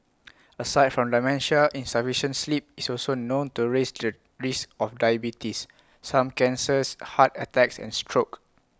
aside from dementia insufficient sleep is also known to raise the risk of diabetes some cancers heart attacks and stroke